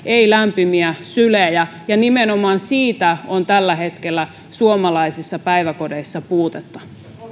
ei lämpimiä sylejä ja nimenomaan niistä on tällä hetkellä suomalaisissa päiväkodeissa puutetta